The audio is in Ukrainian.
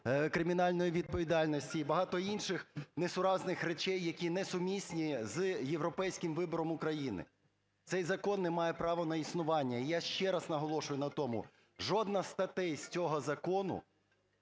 кримінальної відповідальності і багато інших несуразных речей, які несумісні з європейським вибором України. Цей закон не має права на існування, і я ще раз наголошую на тому, жодна з статей з цього закону,